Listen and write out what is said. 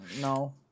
No